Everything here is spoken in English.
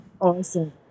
Awesome